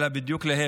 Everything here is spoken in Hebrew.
אלא בדיוק להפך,